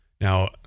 now